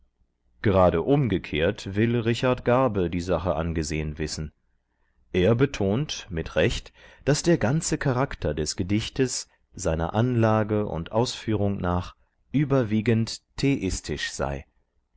gerade umgekehrt will r garbe die sache angesehen wissen er betont mit recht daß der ganze charakter des gedichtes seiner anlage und ausführung nach überwiegend theistisch sei